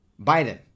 Biden